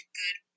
good